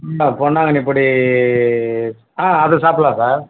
இந்த பொன்னாங்கண்ணிப் பொடி ஆ அது சாப்பிடுலாம் சார்